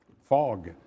Fog